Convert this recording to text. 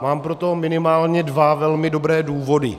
Mám pro to minimálně dva velmi dobré důvody.